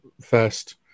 first